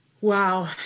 Wow